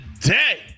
today